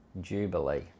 jubilee